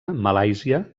malàisia